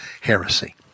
heresy